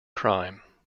crime